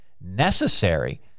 necessary